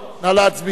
נא להצביע.